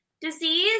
disease